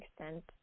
extent